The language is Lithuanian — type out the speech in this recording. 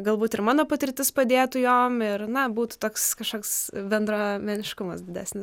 galbūt ir mano patirtis padėtų jom ir na būtų toks kažkoks bendruomeniškumas didesni